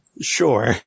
Sure